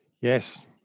Yes